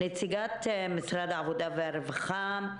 נציגת משרד העבודה והרווחה,